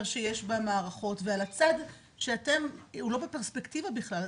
שיש במערכות ועל הצד שהוא לא בפרספקטיבה בכלל,